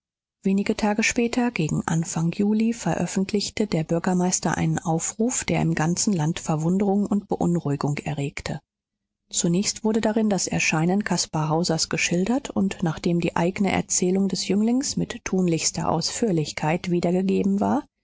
wenige tage später gegen anfang juli veröffentlichte der bürgermeister einen aufruf der im ganzen land verwunderung und beunruhigung erregte zunächst wurde darin das erscheinen caspar hausers geschildert und nachdem die eigne erzählung des jünglings mit tunlichster ausführlichkeit wiedergegeben war